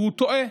הוא טועה,